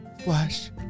Flash